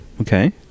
Okay